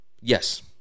Yes